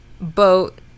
boat